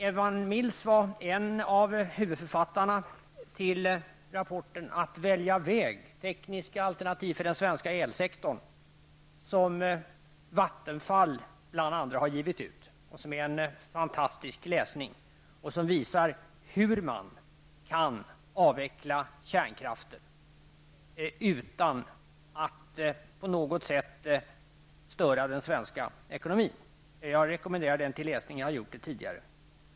Evan Mills var en av huvudförfattarna till rapporten Att välja väg, tekniska alternativ för den svenska elsektorn, som bl.a. Vattenfall har gett ut och som är en fantastisk läsning. I den visas hur man kan avveckla kärnkraften utan att på något sätt störa den svenska ekonomin. Jag rekommenderar den till läsning, och jag har gjort det tidigare.